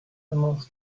enough